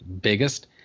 biggest